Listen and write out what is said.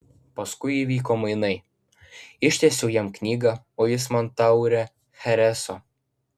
paskui įvyko mainai ištiesiau jam knygą o jis man taurę chereso